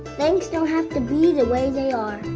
things don't have to be the way they are.